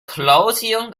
closing